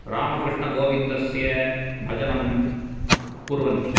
रामकृष्णगोविन्दस्य भजनं कुर्वन्ति